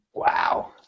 Wow